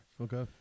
Okay